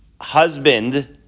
husband